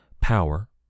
power